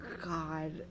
God